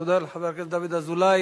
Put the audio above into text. תודה לחבר הכנסת דוד אזולאי.